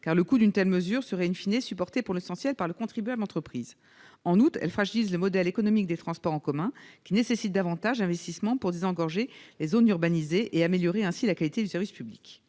car le coût d'une telle mesure serait supporté, pour l'essentiel, par l'entreprise contribuable. En outre, elle fragilise le modèle économique des transports en commun, qui nécessitent davantage d'investissements pour désengorger les zones urbanisées et améliorer ainsi la qualité du service public.